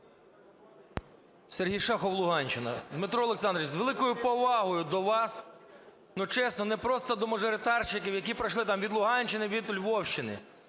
Сергій Шахов, Луганщина. Дмитро Олександрович, з великою повагою до вас. Чесно, не просто до мажоритарників, які пройшли від Луганщини, від Львівщини,